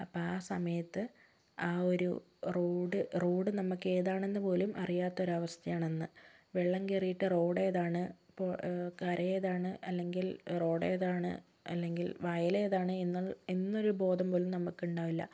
അപ്പം ആ സമയത്ത് ആ ഒരു റോഡ് റോഡ് നമുക്കേതാണെന്ന് പോലും അറിയാത്ത ഒരവസ്ഥയാണന്ന് വെള്ളം കയറിയിട്ട് റോഡേതാണ് റോ കരയേതാണ് അല്ലെങ്കിൽ റോഡേതാണ് അല്ലെങ്കിൽ വയലേതാണ് എന്നുള്ള എന്നൊരു ബോധം പോലും നമുക്ക് ഉണ്ടാവില്ല